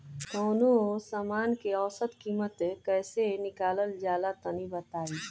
कवनो समान के औसत कीमत कैसे निकालल जा ला तनी बताई?